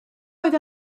oedd